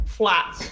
flat